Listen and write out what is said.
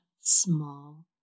small